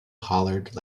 hollered